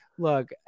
Look